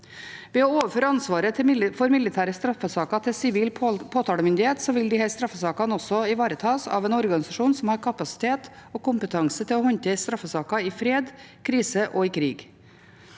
Ved å overføre ansvaret for militære straffesaker til sivil påtalemyndighet vil disse straffesakene også ivaretas av en organisasjon som har kapasitet og kompetanse til å håndtere straffesaker i fred, krise og krig.